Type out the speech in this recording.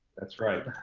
that's right.